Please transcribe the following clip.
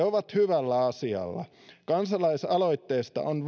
ovat hyvällä asialla kansalaisaloitteesta on